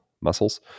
muscles